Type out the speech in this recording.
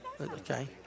Okay